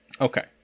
Okay